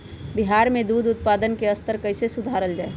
बिहार में दूध उत्पादन के स्तर कइसे सुधारल जाय